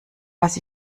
was